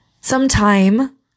Sometime